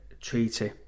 Treaty